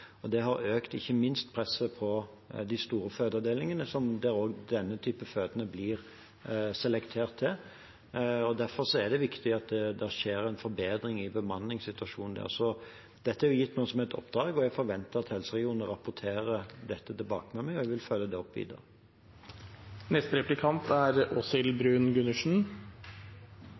og under og etter fødsel. Dette har økt presset på ikke minst de store fødeavdelingene, som også denne typen fødende blir selektert til, og derfor er det viktig at det skjer en forbedring i bemanningssituasjonen der. Dette er gitt nå som et oppdrag, og jeg forventer at helseregionene rapporterer dette i tilbakemeldinger, og jeg vil følge det opp videre.